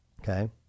Okay